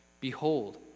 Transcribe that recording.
behold